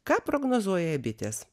ką prognozuoja bitės